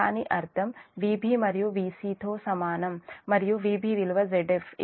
దాని అర్థము Vb విలువ Vc తో సమానం మరియు Vb విలువ Zf